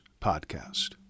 podcast